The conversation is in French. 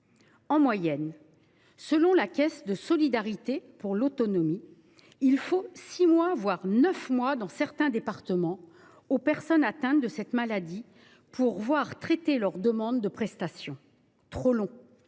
En moyenne, selon la Caisse nationale de solidarité pour l’autonomie, il faut six mois, voire neuf mois dans certains départements, aux personnes atteintes de cette maladie pour que leur demande de prestation soit